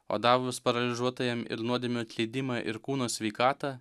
o davus paralyžiuotajam ir nuodėmių atleidimą ir kūno sveikatą